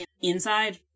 Inside